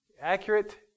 Accurate